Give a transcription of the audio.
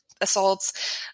assaults